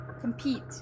compete